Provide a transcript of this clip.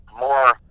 more